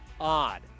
odd